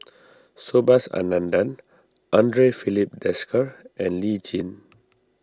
Subhas Anandan andre Filipe Desker and Lee Tjin